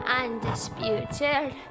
undisputed